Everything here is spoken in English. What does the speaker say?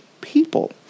people